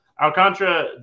Alcantara